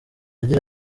agira